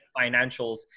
financials